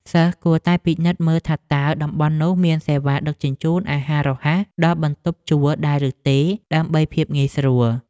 សិស្សគួរតែពិនិត្យមើលថាតើតំបន់នោះមានសេវាដឹកជញ្ជូនអាហាររហ័សដល់បន្ទប់ជួលដែរឬទេដើម្បីភាពងាយស្រួល។